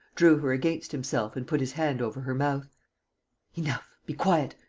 drew her against himself and put his hand over her mouth enough! be quiet.